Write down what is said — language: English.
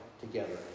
together